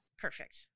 Perfect